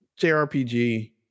JRPG